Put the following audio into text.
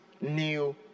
new